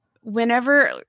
whenever